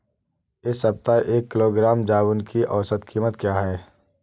इस सप्ताह एक किलोग्राम जामुन की औसत कीमत क्या है?